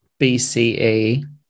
BCE